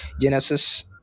Genesis